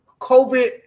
COVID